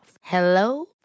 Hello